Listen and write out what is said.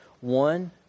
One